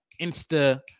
insta